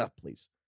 please